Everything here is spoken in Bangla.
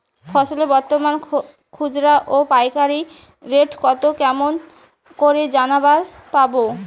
ফসলের বর্তমান খুচরা ও পাইকারি রেট কতো কেমন করি জানিবার পারবো?